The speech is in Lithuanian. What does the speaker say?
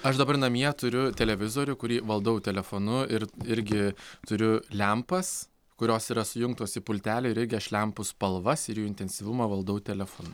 aš dabar namie turiu televizorių kurį valdau telefonu ir irgi turiu lempas kurios yra sujungtos į pultelį ir irgi aš lempų spalvas ir jų intensyvumą valdau telefonu